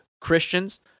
Christians